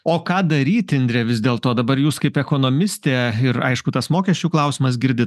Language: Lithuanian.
o ką daryt indre vis dėlto dabar jūs kaip ekonomistė ir aišku tas mokesčių klausimas girdi